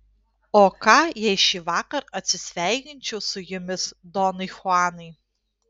o ką jei šįvakar atsisveikinčiau su jumis donai chuanai